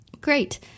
Great